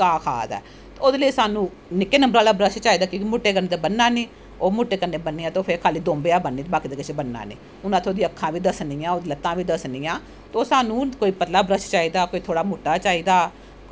घा खादा ऐ ओह्दे लेई साह्नू निक्के नंबर आह्ला बर्श चाही दा क्योंकि बड्डे कन्नै ते बनना नी ओह् बड्डे कन्नै बनेआ तां ओह् सिर्फ दुम्ब जन बननी बाकी किश बनना नी असैं ओह्दी अक्खां बी दस्सनियां लत्ता बी दस्सनियां तो ओह् साह्नू कोई पतला बर्श चाही दा कोई मुट्टा चाही दा